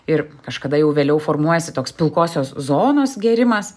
ir kažkada jau vėliau formuojasi toks pilkosios zonos gėrimas